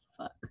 fuck